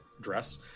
dress